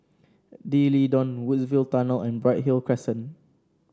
D'Leedon Woodsville Tunnel and Bright Hill Crescent